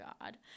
god